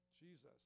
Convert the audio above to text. Jesus